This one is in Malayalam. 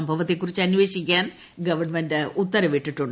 സംഭവത്തെക്കുറിച്ച അന്വേഷിക്കാൻ ഗവൺമെന്റ് ഉത്തരവിട്ടുണ്ട്